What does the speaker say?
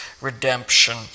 redemption